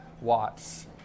Watts